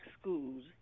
schools